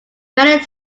many